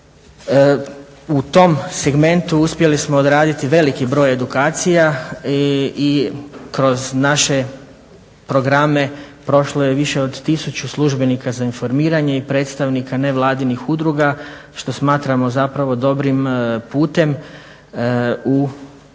U tom segmentu uspjeli smo odraditi veliki broj edukacija i kroz naše programe prošlo je više od tisuću službenika za informiranje i predstavnika nevladinih udruga što smatramo zapravo dobrim putem u podizanju